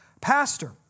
pastor